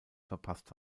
verpasst